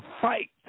fight